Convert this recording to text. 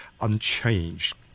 unchanged